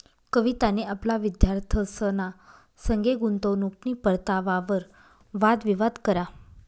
कवितानी आपला विद्यार्थ्यंसना संगे गुंतवणूकनी परतावावर वाद विवाद करा